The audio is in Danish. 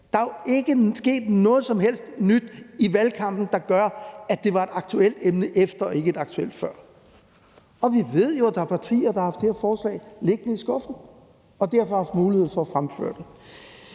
Der er jo ikke sket noget som helst nyt i valgkampen, der gør, at det var et aktuelt emne efter og ikke et aktuelt emne før. Og vi ved jo, at der er partier, der har haft det her forslag liggende i skuffen og derfor har haft mulighed for at fremsætte det.